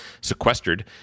sequestered